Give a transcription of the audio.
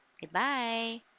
Goodbye